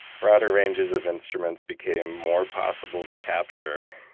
broader ranges of instruments became more possible to capture.